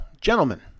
Gentlemen